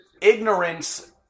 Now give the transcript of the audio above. ignorance